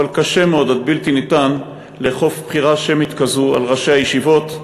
אבל קשה מאוד עד בלתי ניתן לאכוף בחירה שמית כזו על ראשי הישיבות,